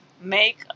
make